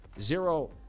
Zero